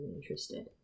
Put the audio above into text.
interested